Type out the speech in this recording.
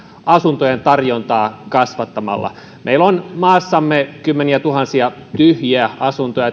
asuntojen tarjontaa kasvattamalla meillä on maassamme kymmeniätuhansia tyhjiä asuntoja